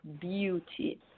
beauty